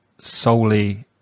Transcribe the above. solely